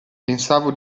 pensavo